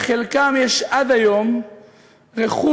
לחלקם יש עד היום רכוש,